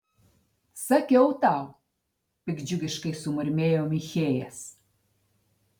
sakiau tau piktdžiugiškai sumurmėjo michėjas